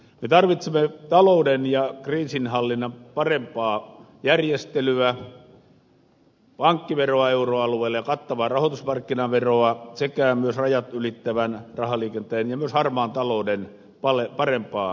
me tarvitsemme talouden ja kriisinhallinnan parempaa järjestelyä pankkiveroa euroalueelle ja kattavaa rahoitusmarkkinaveroa sekä myös rajat ylittävän rahaliikenteen ja myös harmaan talouden parempaa hallintaa